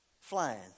flying